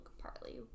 partly